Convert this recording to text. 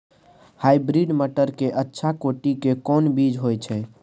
Hybrid मटर के अच्छा कोटि के कोन बीज होय छै?